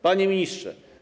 Panie Ministrze!